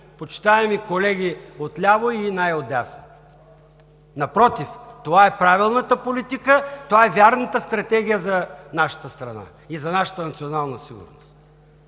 почитаеми колеги отляво и най-отдясно! Напротив, това е правилната политика, това е вярната стратегия за нашата страна и за нашата национална сигурност,